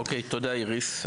אוקיי, תודה איריס.